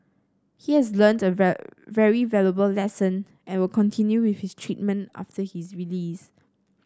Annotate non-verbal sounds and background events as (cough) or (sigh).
he has learnt a (unintelligible) very valuable lesson and will continue with his treatment after his release